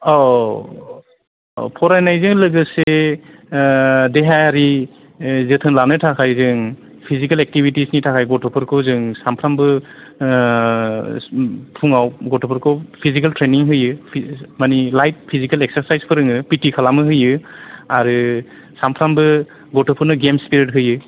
औ औ फरायनायजों लोगोसे देहायारि जोथोन लानो थाखाय जों फिजिकेल एकथिबिथिसनि थाखाय गथ'फोरखौ जों सानफ्रोमबो फुंआव गथ'फोरखौ फिसिकेल ट्रेनिं होयो मानि लाइफ फिजिकेल इक्सस्रासायस फोरोङो पिटटि खालामनो होयो आरो सामफ्रामबो गथ'फोरनो गेम्सफोर होयो